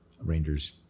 rangers